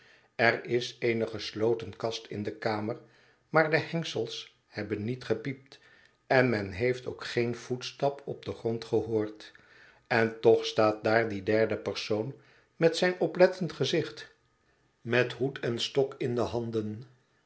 er is eene gesloten kast in de kamer maar de hengsels hebben niet gepiept en men heeft ook geen voetstap op den grond gehoord en toch staat daar die derde persoon met zijn oplettend gezicht met hoed en stok in de handen